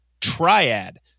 Triad